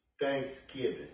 Thanksgiving